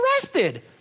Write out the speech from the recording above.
arrested